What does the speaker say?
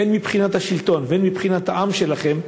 הן מבחינת השלטון והן מבחינת העם שלכם,